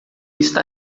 está